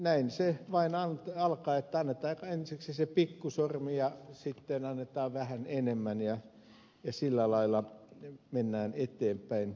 näin se vain alkaa että annetaan ensiksi se pikkusormi ja sitten annetaan vähän enemmän ja sillä lailla mennään eteenpäin